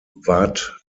ward